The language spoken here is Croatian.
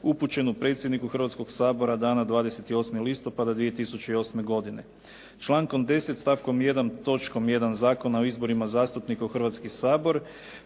upućenu predsjedniku Hrvatskoga sabora dana 28. listopada 2008. godine. Člankom 10. stavkom 1. točkom 1. Zakona o izborima zastupnika u Hrvatski sabor